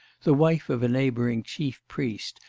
the wife of a neighbouring chief-priest,